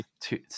two